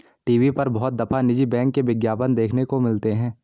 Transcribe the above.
TV पर बहुत दफा निजी बैंक के विज्ञापन देखने को मिलते हैं